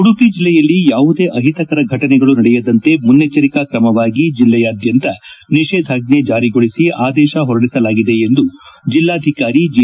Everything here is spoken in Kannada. ಉಡುಪಿ ಜಿಲ್ಲೆಯಲ್ಲಿ ಯಾವುದೇ ಅಹಿತಕರ ಫಟನೆಗಳು ನಡೆಯದಂತೆ ಮುನ್ನೆಚ್ಚರಿಕಾ ಕ್ರಮವಾಗಿ ಜಿಲ್ಲೆಯಾದ್ಯಂತ ನಿಷೇದಾಜ್ಞೆ ಜಾರಿಗೊಳಿಸಿ ಆದೇಶ ಹೊರಡಿಸಲಾಗಿದೆ ಎಂದು ಜಿ